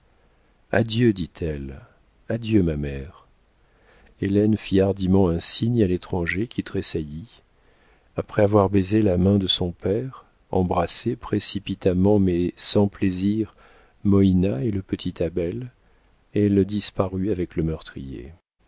adieu dit-elle adieu ma mère hélène fit hardiment un signe à l'étranger qui tressaillit après avoir baisé la main de son père embrassé précipitamment mais sans plaisir moïna et le petit abel elle disparut avec le meurtrier